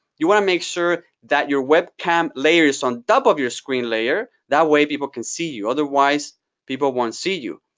you want to make sure that your webcam layers on top of your screen layer. that way people can see you. otherwise people won't see you,